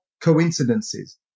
coincidences